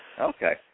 Okay